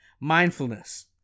mindfulness